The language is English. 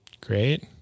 Great